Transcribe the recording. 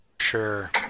Sure